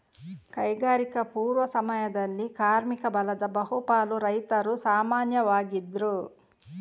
ಕೈಗಾರಿಕಾ ಪೂರ್ವ ಸಮಯದಲ್ಲಿ ಕಾರ್ಮಿಕ ಬಲದ ಬಹು ಪಾಲು ರೈತರು ಸಾಮಾನ್ಯವಾಗಿದ್ರು